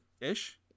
ish